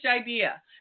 idea